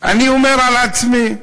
אני אומר על עצמי: